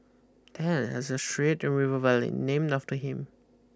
Tan has a street in River Valley named after him